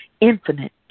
infinite